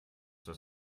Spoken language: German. das